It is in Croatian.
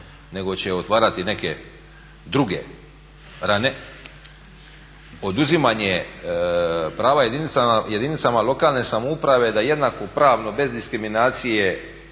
nego će otvarati neke druge rane. Oduzimanje prava jedinicama lokalne samouprave da jednakopravno, bez diskriminacije